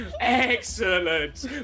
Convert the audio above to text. Excellent